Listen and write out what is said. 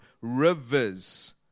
rivers